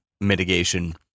mitigation